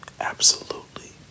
Absolutely